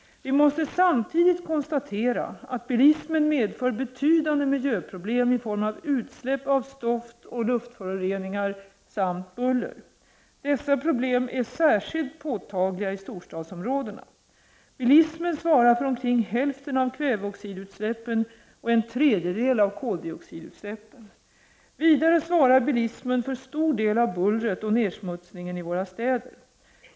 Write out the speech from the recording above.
Vi måste samtidigt konstatera att bilismen medför betydande miljöproblem i form av utsläpp av stoft och luftföroreningar samt buller. Dessa problem är särskilt påtagliga i storstadsområdena. Bilismen svarar för omkring hälften av kväveoxidutsläppen och en tredjedel av koldioxidutsläppen. Vidare svarar bilismen för en stor del av bullret och nedsmutsningen i våra städer.